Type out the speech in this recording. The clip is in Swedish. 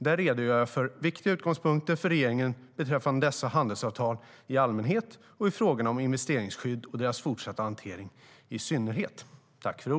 Där redogör jag för viktiga utgångspunkter för regeringen beträffande dessa handelsavtal i allmänhet och frågorna om investeringsskydd och deras fortsatta hantering i synnerhet.